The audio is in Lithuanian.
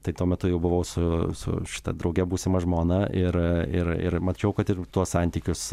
tai tuo metu jau buvau su su šita drauge būsima žmona ir ir ir mačiau kad ir tuos santykius